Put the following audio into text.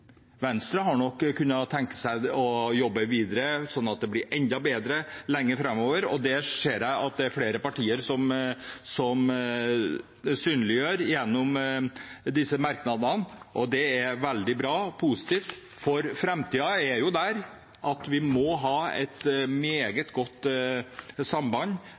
Venstre hadde nok kunnet tenke seg å jobbe videre sånn at det ble enda bedre lenger framover. Det ser jeg at det er flere partier som synliggjør gjennom merknadene, og det er veldig bra og positivt. For framtiden er der at vi må ha et meget godt elektronisk samband,